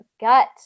gut